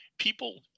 People